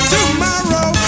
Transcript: Tomorrow